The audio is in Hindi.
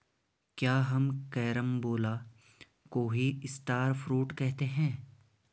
क्या हम कैरम्बोला को ही स्टार फ्रूट कहते हैं?